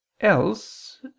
Else